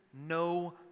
no